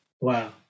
Wow